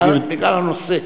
בגלל הנושא.